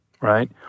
right